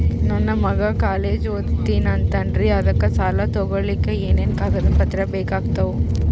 ನನ್ನ ಮಗ ಕಾಲೇಜ್ ಓದತಿನಿಂತಾನ್ರಿ ಅದಕ ಸಾಲಾ ತೊಗೊಲಿಕ ಎನೆನ ಕಾಗದ ಪತ್ರ ಬೇಕಾಗ್ತಾವು?